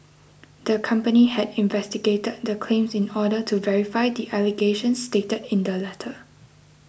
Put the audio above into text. the company had investigated the claims in order to verify the allegations stated in the letter